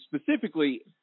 specifically